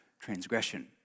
transgression